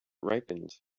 ripened